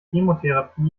chemotherapie